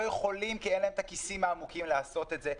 יכולים כי אין להם את הכיסים העמוקים לעשות את זה.